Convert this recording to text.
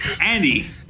Andy